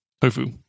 tofu